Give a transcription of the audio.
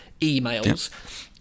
emails